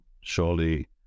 Surely